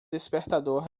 despertador